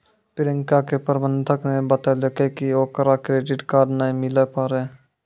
प्रियंका के प्रबंधक ने बतैलकै कि ओकरा क्रेडिट कार्ड नै मिलै पारै